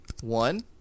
One